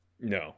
No